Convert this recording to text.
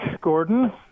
Gordon